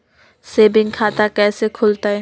Saving खाता कैसे खुलतई?